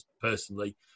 personally